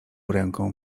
ręką